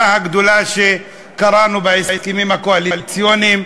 הגדולה שקראנו עליה בהסכמים הקואליציוניים,